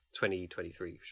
2023